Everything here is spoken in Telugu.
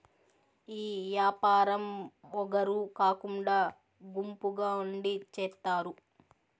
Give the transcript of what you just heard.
ఈ యాపారం ఒగరు కాకుండా గుంపుగా ఉండి చేత్తారు